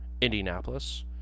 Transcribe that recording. Indianapolis